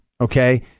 Okay